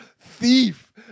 thief